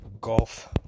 golf